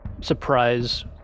surprise